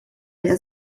der